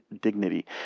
dignity